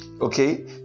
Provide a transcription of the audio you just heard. Okay